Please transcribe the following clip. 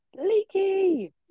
Leaky